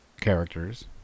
characters